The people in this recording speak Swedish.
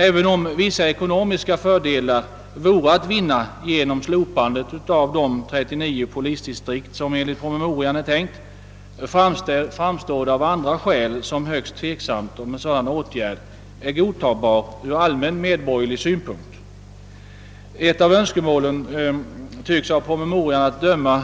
Även om vissa ekonomiska fördelar vore att vinna genom slopandet av 39 polisdistrikt, som enligt promemorian är tänkt, framstår det av andra skäl såsom högst tvivelaktigt om en sådan åtgärd är godtagbar ur allmän medborgerlig synvinkel. Ett av önskemålen är, av promemorian att döma,